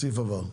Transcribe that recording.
הסעיף עבר.